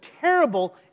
terrible